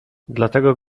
dlatego